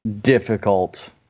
difficult